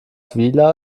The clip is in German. vila